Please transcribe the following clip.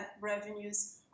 revenues